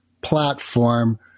platform